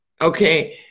Okay